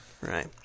Right